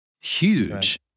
huge